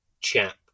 chap